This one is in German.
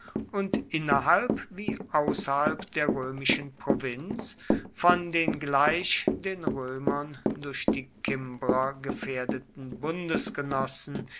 und innerhalb wie außerhalb der römischen provinz von den gleich den römern durch die kimbrer gefährdeten